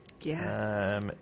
yes